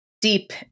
deep